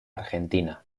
argentina